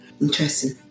Interesting